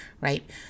right